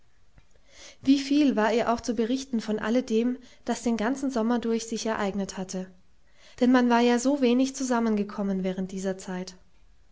wieviel war ihr auch zu berichten von alle dem das den ganzen sommer durch sich ereignet hatte denn man war ja so wenig zusammengekommen während dieser zeit